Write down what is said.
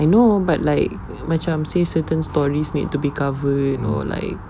I know but like macam say certain stories need to be covered you know like